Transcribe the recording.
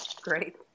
Great